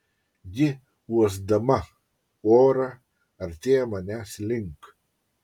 ji uosdama orą artėja manęs link